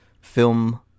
film